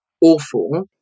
awful